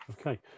okay